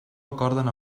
acorden